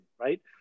right